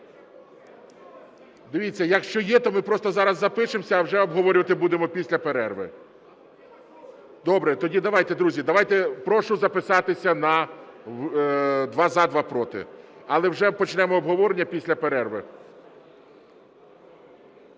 дивіться, якщо є, то ми просто зараз запишемося, а вже обговорювати будемо після перерви. Добре, тоді давайте, друзі, давайте... Прошу записатися: два – за, два – проти. Але вже почнемо обговорення після перерви.